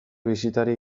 bisitari